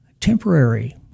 temporary